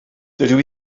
dydw